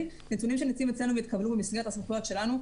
שנמצאים אצלנו והתקבלו במסגרת הסמכויות שלנו,